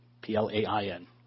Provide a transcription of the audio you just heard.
P-L-A-I-N